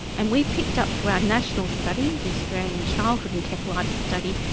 and we picked up through our national study, the australian childhood encephalitis study,